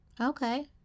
Okay